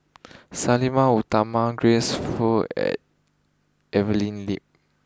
Sang Nila Utama Grace Fu and Evelyn Lip